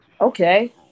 Okay